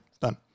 Done